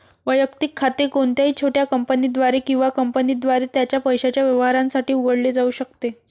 वैयक्तिक खाते कोणत्याही छोट्या कंपनीद्वारे किंवा कंपनीद्वारे त्याच्या पैशाच्या व्यवहारांसाठी उघडले जाऊ शकते